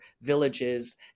villages